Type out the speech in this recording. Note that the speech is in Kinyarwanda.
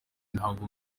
ntabwo